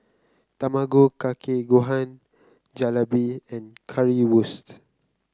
Tamago Kake Gohan Jalebi and Currywurst